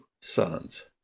sons